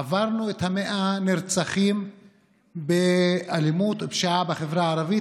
עברנו את ה-100 נרצחים באלימות ופשיעה בחברה הערבית,